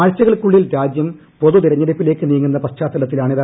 ആഴ്ചകൾക്കുള്ളിൽ രാജ്യം പൊതുതെരഞ്ഞെടുപ്പിലേക്ക് നീങ്ങുന്ന പശ്ചാത്തലത്തിലാണിത്